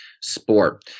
sport